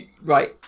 Right